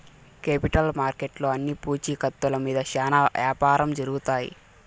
capital మార్కెట్లో అన్ని పూచీకత్తుల మీద శ్యానా యాపారం జరుగుతాయి